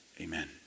Amen